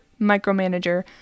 micromanager